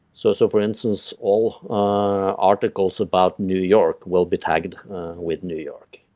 so so for instance, all articles about new york will be tagged with new york.